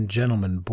gentlemen